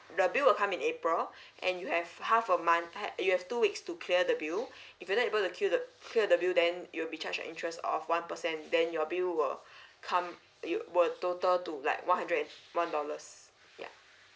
the bill will come in april and you have half a month ha~ you have two weeks to clear the bill if you're not able to clear the clear the bill then you will be charged an interest of one percent then your bill will come it will total to like one hundred and one dollars ya